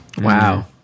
Wow